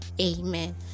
amen